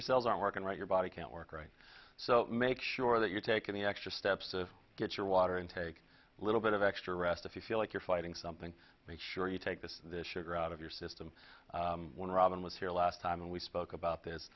your cells aren't working right your body can't work right so make sure that you're taking the extra steps to get your water intake a little bit of extra rest if you feel like you're fighting something make sure you take this this sugar out of your system when robin was here last time we spoke about this